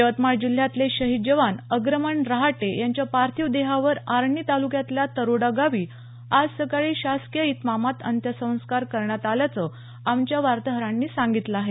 यवतमाळ जिल्ह्यातले शहीद जवान अग्रमन रहाटे यांच्या पार्थिव देहावर आर्णी तालुक्यातल्या तरोडा गावी आज सकाळी शासकीय इतमामात अंत्यसंस्कार करण्यात आल्याचे आमच्या वार्ताहरांनी सांगितलं आहे